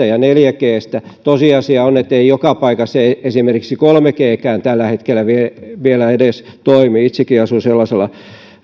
ja neljä g stä tosiasia on ettei joka paikassa esimerkiksi kolme g kään tällä hetkellä vielä edes toimi itsekin asun sellaisella